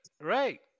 right